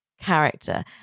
character